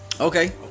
Okay